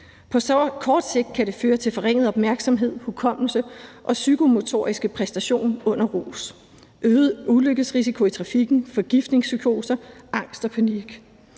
På kort sigt kan det føre til forringet opmærksomhed, hukommelse og psykomotorisk præstation under rus, øget ulykkesrisiko i trafikken, forgiftningspsykoser, angst og panik.